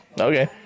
okay